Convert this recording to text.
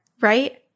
Right